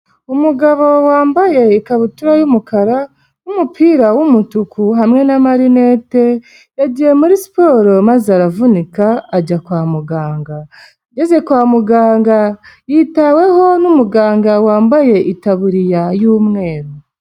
Umugabo wambaye ikabutura y'umukara n'umupira w'umutuku hamwe n'amarinete, yagiye muri siporo maze aravunika ajya kwa muganga. Ageze kwa muganga yitaweho n'umuganga wambaye itaburiya y'umweru.